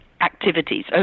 activities